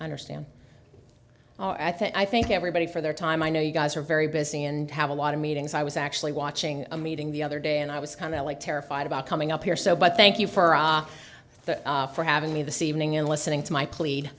i understand oh i think i think everybody for their time i know you guys are very busy and have a lot of meetings i was actually watching a meeting the other day and i was kind of like terrified about coming up here so but thank you for ah for having me this evening and listening to my plead